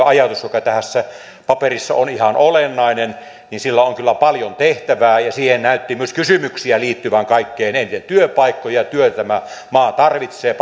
ajatus on tässä paperissa ihan olennainen on paljon tehtävää ja siihen näytti myös kysymyksiä liittyvän kaikkein eniten työpaikkoja ja työtä tämä maa tarvitsee